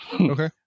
Okay